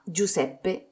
Giuseppe